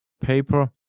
paper